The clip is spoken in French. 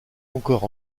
encore